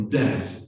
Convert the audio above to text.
death